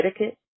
etiquette